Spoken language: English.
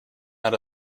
out